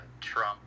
Trump